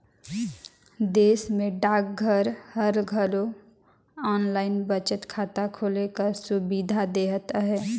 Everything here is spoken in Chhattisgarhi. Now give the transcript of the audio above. देस में डाकघर हर घलो आनलाईन बचत खाता खोले कर सुबिधा देहत अहे